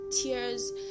tears